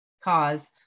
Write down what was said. cause